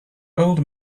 old